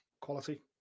Quality